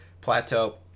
plateau